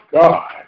God